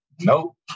nope